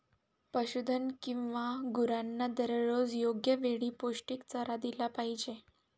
पशुधन किंवा गुरांना दररोज योग्य वेळी पौष्टिक चारा दिला पाहिजे